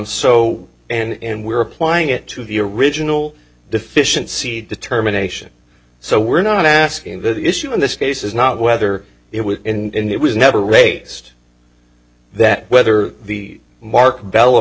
so and we're applying it to the original deficiency determination so we're not asking the issue in this case is not whether it was in it was never raised that whether the mark bello